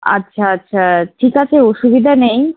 আচ্ছা আচ্ছা ঠিক আছে অসুবিধা নেই